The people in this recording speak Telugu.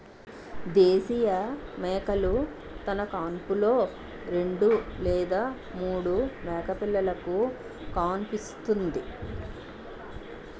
దేశీయ మేకలు తన కాన్పులో రెండు లేదా మూడు మేకపిల్లలుకు కాన్పుస్తుంది